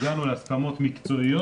הגענו להסכמות מקצועיות.